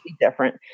different